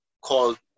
called